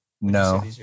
No